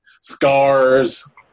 scars